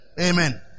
Amen